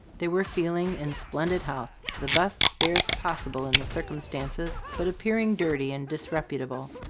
they were feeling in splendid health, the best spirits possible in the circumstances, but appearing dirty and disreputable.